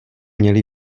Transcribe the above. měli